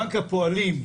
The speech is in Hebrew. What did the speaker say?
בנק הפועלים,